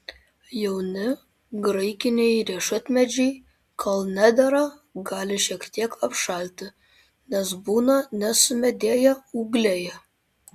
jauni graikiniai riešutmedžiai kol nedera gali šiek tiek apšalti nes būna nesumedėję ūgliai